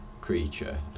creature